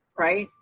right.